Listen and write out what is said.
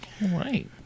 Right